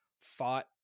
fought